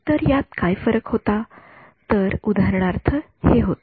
तर यात काय फरक होता तर उदाहरणार्थ हे होते